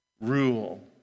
rule